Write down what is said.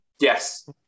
Yes